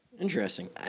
Interesting